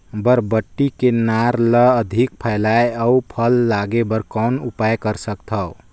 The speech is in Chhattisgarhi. बरबट्टी के नार ल अधिक फैलाय अउ फल लागे बर कौन उपाय कर सकथव?